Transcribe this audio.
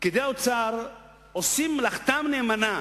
פקידי האוצר עושים את מלאכתם נאמנה,